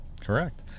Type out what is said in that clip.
Correct